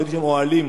ראיתי שם אוהלים,